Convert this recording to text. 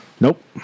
Nope